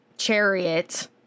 chariot